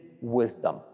wisdom